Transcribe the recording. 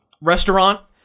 restaurant